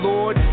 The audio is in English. Lord